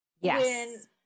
Yes